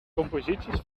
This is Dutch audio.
composities